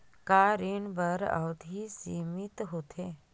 का ऋण बर अवधि सीमित होथे?